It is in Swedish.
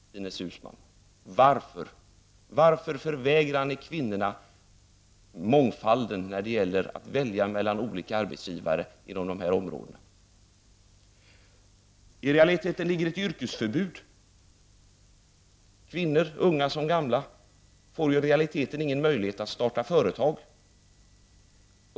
Varför förvägrar ni kvinnorna mångfalden när det gäller att välja mellan olika arbetsgivare inom dessa områden, Ines Uusmann? I realiteten finns det ett yrkesförbud. Kvinnor, unga som gamla, får i praktiken ingen möjlighet att starta företag.